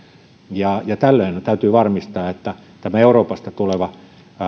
tällöin täytyy varmistaa että tämä euroopasta tuleva